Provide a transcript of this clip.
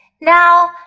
now